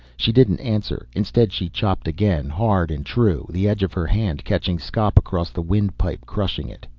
she didn't answer. instead she chopped again, hard and true, the edge of her hand catching skop across the windpipe, crushing it.